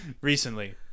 Recently